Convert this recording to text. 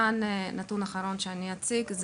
הנתון האחרון שאני אציג.